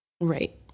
right